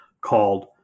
called